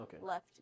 left